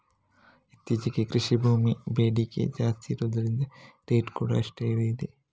ಇತ್ತೀಚೆಗೆ ಕೃಷಿ ಭೂಮಿ ಬೇಡಿಕೆ ಜಾಸ್ತಿ ಇರುದ್ರಿಂದ ರೇಟ್ ಕೂಡಾ ಅಷ್ಟೇ ಏರಿದೆ